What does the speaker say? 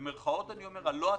במירכאות, הלא אטרקטיביים,